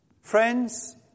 Friends